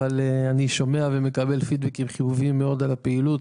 אבל אני שומע ומקבל פידבקים חיוביים מאוד על הפעילות